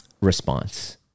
response